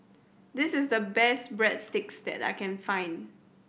this is the best Breadsticks that I can find